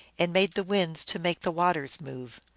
and made the winds to make the waters move.